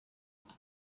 books